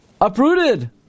uprooted